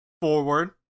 forward